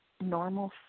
normal